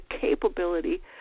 capability